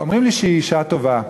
אומרים לי שהיא אישה טובה,